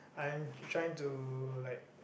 I'm trying to like